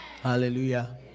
Hallelujah